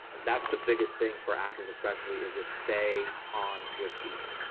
that's the biggest thing for actors, especially is just stay on your feet.